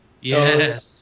Yes